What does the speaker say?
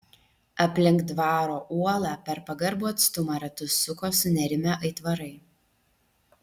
aplink dvaro uolą per pagarbų atstumą ratus suko sunerimę aitvarai